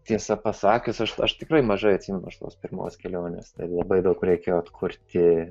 tiesą pasakius aš aš tikrai mažai atsimenu iš tos pirmos kelionės tai labai daug reikia atkurti